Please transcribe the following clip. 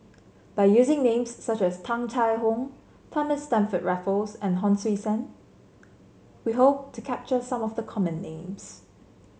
by using names such as Tung Chye Hong Thomas Stamford Raffles and Hon Sui Sen we hope to capture some of the common names